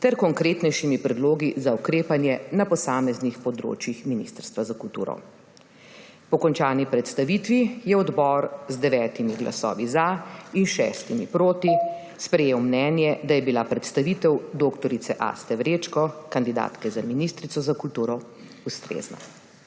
ter konkretnejšimi predlogi za ukrepanje na posameznih področjih Ministrstva za kulturo. Po končani predstavitvi je odbor z 9 glasovi za in 6 proti sprejel mnenje, da je bila predstavitev dr. Aste Vrečko, kandidatke za ministrico za kulturo, ustrezna.